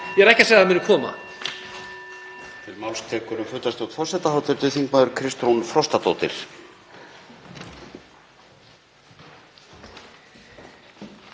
Ég er ekki að segja að það muni koma.